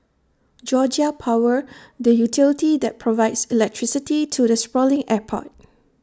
Georgia power the utility that provides electricity to the sprawling airport